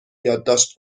یادداشت